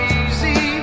easy